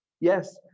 Yes